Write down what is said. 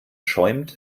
schäumt